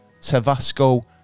Tavasco